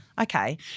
Okay